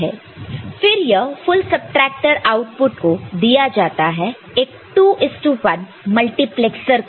फिर यह full subtractor output को दिया जाता है एक 21 मल्टीप्लैक्सर को